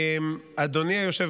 אדוני היושב